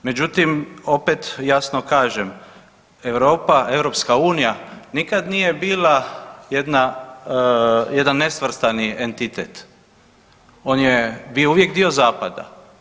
Međutim, opet jasno kažem, Europa, EU nikad nije bila jedna, jedan nesvrstani entitet, on je bio uvijek dio zapada.